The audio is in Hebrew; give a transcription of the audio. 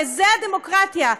וזו הדמוקרטיה.